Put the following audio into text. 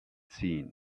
seen